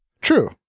True